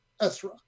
Ezra